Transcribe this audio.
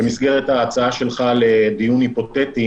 -- אבל במסגרת ההצעה שלך לדיון היפותטי